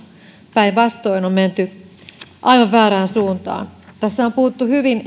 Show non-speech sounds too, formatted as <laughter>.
päinvastoin on menty aivan väärään suuntaan tässä on hyvin <unintelligible>